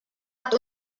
hat